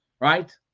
right